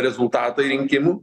rezultatai rinkimų